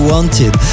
Wanted